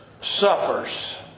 Suffers